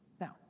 Now